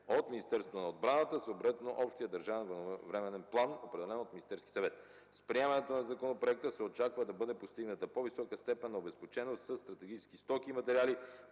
от Министерството на отбраната съответно с Общия държавен военновременен план, определен от Министерския съвет. С приемането на законопроекта се очаква да бъде постигната по-висока степен на обезпеченост със стратегически стоки и материали